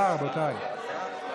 לסדר שלוש פעמים.